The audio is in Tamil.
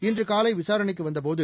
இன்று காலை விசாரணைக்கு வந்தபோது